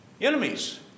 enemies